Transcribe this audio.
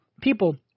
people